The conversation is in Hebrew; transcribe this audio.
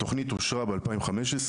התוכנית אושרה ב-2015,